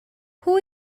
who